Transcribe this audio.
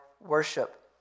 worship